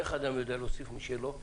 איך אדם יודע להוסיף משלו.